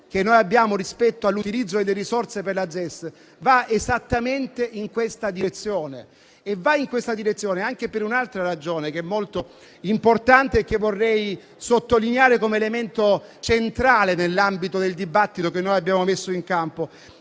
la nostra visione rispetto all'utilizzo delle risorse per le ZES va esattamente in questa direzione. E va in questa direzione anche per un'altra ragione, molto importante, che desidero sottolineare come elemento centrale nell'ambito del dibattito che abbiamo messo in campo.